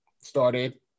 started